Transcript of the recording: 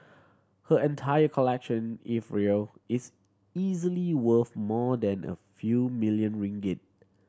her entire collection if real is easily worth more than a few million ringgit